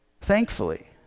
Thankfully